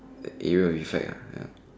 the area of effect ya